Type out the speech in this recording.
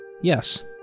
Yes